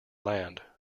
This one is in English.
land